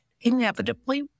inevitably